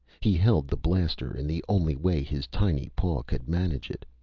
he held the blaster in the only way his tiny paw could manage it.